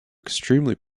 extremely